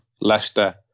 Leicester